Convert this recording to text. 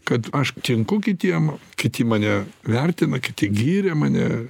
kad aš tinku kitiem kiti mane vertina kiti giria mane